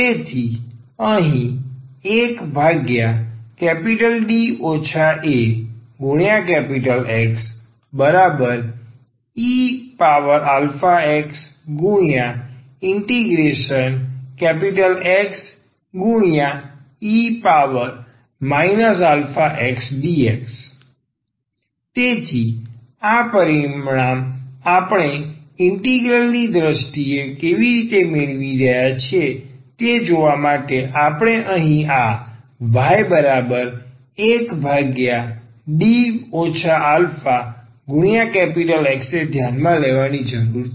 તેથી અહીં 1D aXeaxXe axdx તેથી આ પરિણામ આપણે ઇન્ટિગ્રલ દ્રષ્ટિએ કેવી રીતે મેળવી રહ્યાં છે તે જોવા માટે આપણે અહીં આ y1D aX ને ધ્યાનમાં લેવાની જરૂર છે